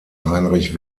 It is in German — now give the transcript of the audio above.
heinrich